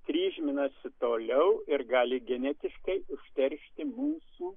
kryžminasi toliau ir gali genetiškai užteršti mūsų